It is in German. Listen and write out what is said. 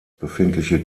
befindliche